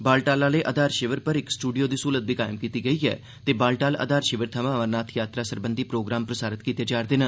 बालटाल आले आधार षिविर पर इक स्टूडियो दी सहूलत बी कायम कीती गेई ऐ ते बालटाल आधार षिविर थमां अमरनाथ यात्रा सरबंधी प्रोग्राम प्रसारत कीते जा'रदे न